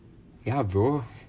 ya bro